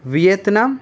Vietnam